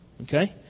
okay